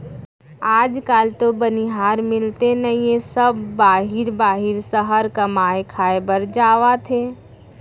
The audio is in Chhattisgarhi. आज काल तो बनिहार मिलते नइए सब बाहिर बाहिर सहर कमाए खाए बर जावत हें